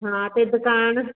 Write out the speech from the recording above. ਹਾਂ ਅਤੇ ਦੁਕਾਨ